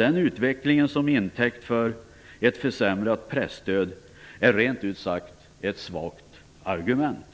Att den utvecklingen skall tas till intäkt för ett försämrat presstöd är rent ut sagt ett svagt argument.